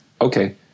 okay